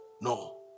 No